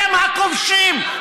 אתם הכובשים.